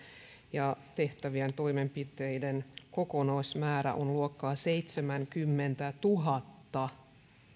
tehtävien toimenpiteiden kokonaismäärä on luokkaa seitsemänkymmentätuhatta